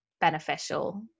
beneficial